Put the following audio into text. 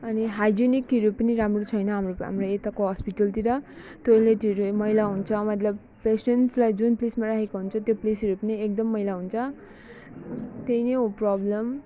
अनि हाइजेनिकहरू पनि राम्रो छैन हाम्रो हाम्रो यताको हस्पिटलतिर टोइलेटहरू मैला हुन्छ मतलब पेसेन्ट्सलाई जुन प्लेसमा राखेको हुन्छ त्यो प्लेसहरू पनि एकदम मैला हुन्छ त्यही नै हो प्रब्लम